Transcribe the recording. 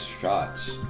shots